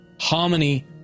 Harmony